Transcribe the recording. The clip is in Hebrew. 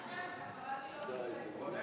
היושב-ראש,